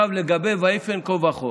לגבי "ויפן כה וכה"